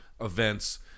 events